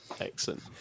Excellent